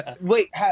Wait